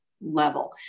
level